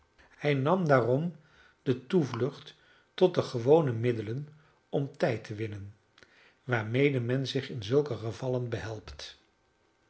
hij nam daarom de toevlucht tot de gewone middelen om tijd te winnen waarmede men zich in zulke gevallen behelpt